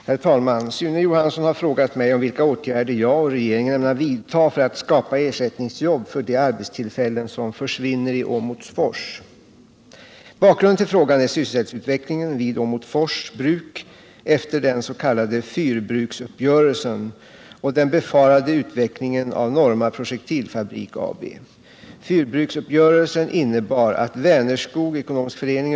Herr talman! Sune Johansson har frågat mig om vilka åtgärder jag och regeringen ämnar vidta för att skapa ersättningsjobb för de arbetstillfällen som försvinner i Åmotfors. Bakgrunden till frågan är sysselsättningsutvecklingen vid Åmotfors Bruk, efter den s.k. fyrbruksuppgörelsen, och den befarade utvecklingen vid Norma Projektilfabrik AB. Fyrbruksuppgörelsen innebar att Vänerskog ek. för.